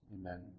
Amen